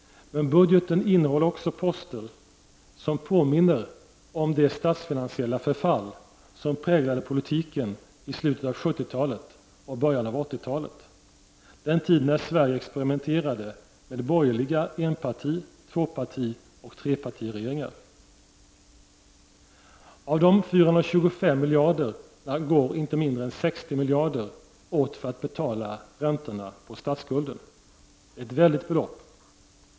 Men budgeten innehåller också poster som påminner om det statsfinansiella förfall som präglade politiken i slutet av 70-talet och början av 80-talet — den tid när Sverige experimenterade med borgerliga enparti-, tvåpartioch trepartiregeringar. Av de 425 miljarderna går inte mindre än 60 miljarder kronor åt för att betala räntor på statsskulden. Det är ett väldigt belopp.